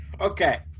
Okay